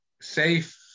safe